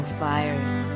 fires